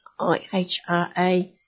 IHRA